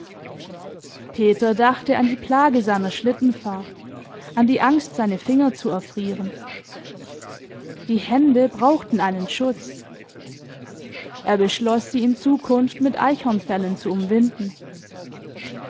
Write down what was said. peter dachte an die plage seiner schlittenfahrt an die angst seine finger zu erfrieren die hände brauchten einen schutz er beschloß sie in zukunft mit eichhornfellen zu umwinden